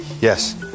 Yes